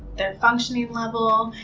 their functioning level,